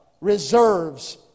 reserves